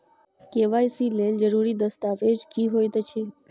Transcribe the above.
KYC लेल जरूरी दस्तावेज की होइत अछि?